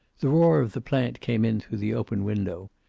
the roar of the plant came in through the open window.